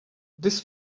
this